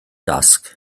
dasg